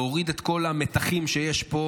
להוריד את כל המתחים שיש פה,